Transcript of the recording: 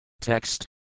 Text